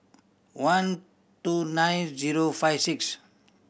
one two nine zero five six